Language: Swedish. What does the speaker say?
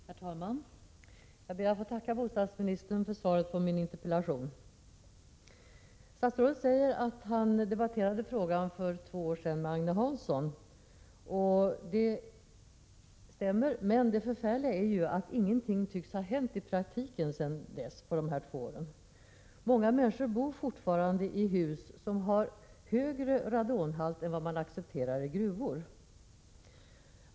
Herr talman! Jag ber att få tacka bostadsministern för svaret på min interpellation. Statsrådet säger att han debatterade frågan med Agne Hansson för två år sedan. Men det förfärliga är att ingenting tycks ha hänt i praktiken under de två år som gått. Många människor bor fortfarande i hus som har högre radonhalt än vad man accepterar i gruvor.